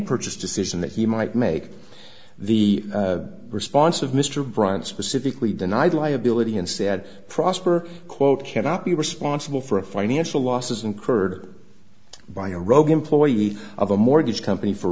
purchase decision that he might make the response of mr bryant specifically denied liability and said prosper quote cannot be responsible for a financial losses incurred by a rogue employee of a mortgage company for